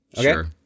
Sure